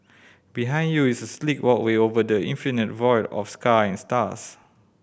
behind you is a sleek walkway over the infinite void of sky and stars